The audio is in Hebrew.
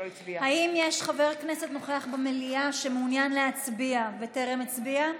יש חבר כנסת שנוכח במליאה ומעוניין להצביע וטרם הצביע?